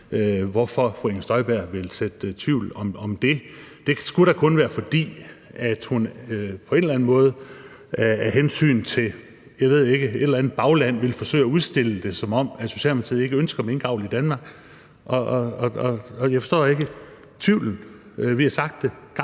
Støjberg vil så tvivl om det. Det skulle da kun være, fordi hun på en eller anden måde af hensyn til et eller andet bagland vil forsøge at udstille det, som om Socialdemokratiet ikke ønsker minkavl i Danmark. Jeg forstår ikke tvivlen. Vi har sagt det gang